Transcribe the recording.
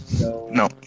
no